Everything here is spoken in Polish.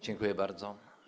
Dziękuję bardzo.